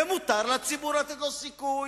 ומותר לציבור לתת לו סיכוי,